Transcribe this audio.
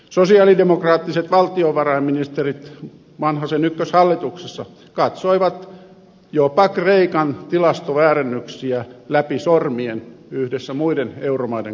sosialidemokraattiset valtiovarainministerit vanhasen ykköshallituksessa katsoivat jopa kreikan tilastoväärennyksiä läpi sormien yhdessä muiden euromaiden kanssa